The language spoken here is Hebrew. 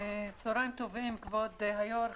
צהריים טובים כבוד היו"ר,